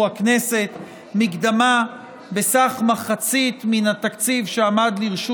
הכנסת מקדמה בסך מחצית מן התקציב שעמד לרשות